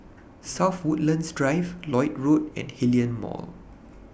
South Woodlands Drive Lloyd Road and Hillion Mall